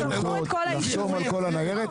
לחשוב על כל הניירת,